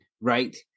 right